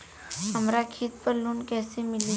हमरा खेत पर लोन कैसे मिली?